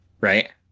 right